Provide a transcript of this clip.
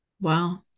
Wow